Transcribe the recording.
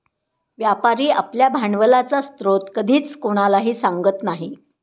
व्यापारी आपल्या भांडवलाचा स्रोत कधीच कोणालाही सांगत नाही